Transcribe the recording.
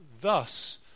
thus